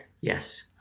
Yes